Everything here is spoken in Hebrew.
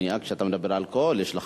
כשאתה מדבר על מניעה באלכוהול יש לך